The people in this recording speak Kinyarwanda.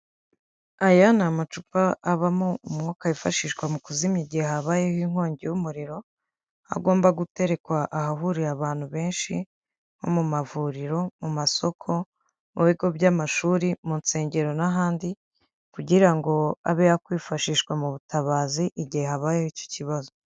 Aya ni amacupa abamo umwuka wifashishwa mu kuzimya igihe habayeho inkongi y'umuriro, aho agomba guterekwa ahahuriye abantu benshi nko mu mavuriro, mu masoko, mu bigo by'amashuri, mu nsengero n'ahandi kugira ngo abe yakwifashishwa mu butabazi igihe habayeho icyo kibazo.